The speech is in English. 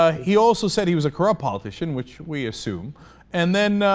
ah he also said he was a crime politician which we assume and then ah.